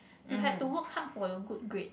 you had to work hard for your good grade